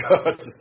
God